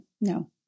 no